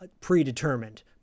predetermined